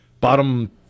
bottom